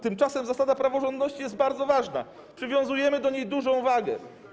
Tymczasem zasada praworządności jest bardzo ważna, przywiązujemy do niej dużą wagę.